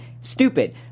stupid